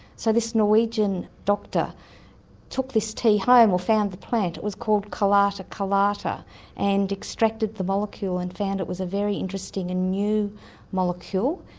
so this norwegian doctor took this tea home or found the plant, it was called kalata kalata, and extracted the molecule and found it was a very interesting and new molecule.